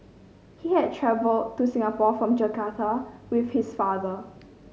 he had travelled to Singapore from Jakarta with his father